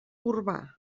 urbà